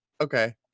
okay